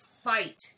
fight